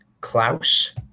Klaus